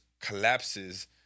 collapses